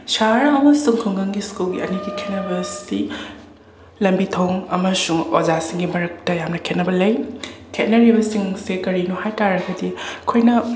ꯁꯍꯔ ꯑꯃꯁꯨꯡ ꯈꯨꯡꯒꯪꯒꯤ ꯁ꯭ꯀꯨꯜꯒꯤ ꯑꯅꯤꯒꯤ ꯈꯦꯠꯅꯕꯁꯤ ꯂꯝꯕꯤ ꯊꯣꯡ ꯑꯃꯁꯨꯡ ꯑꯣꯖꯥꯁꯤꯡꯒꯤ ꯃꯔꯛꯇ ꯌꯥꯝꯅ ꯈꯦꯠꯅꯕ ꯂꯩ ꯈꯦꯠꯅꯔꯤꯕꯁꯤꯡꯁꯤ ꯀꯔꯤꯅꯣ ꯍꯥꯏ ꯇꯥꯔꯒꯗꯤ ꯑꯩꯈꯣꯏꯅ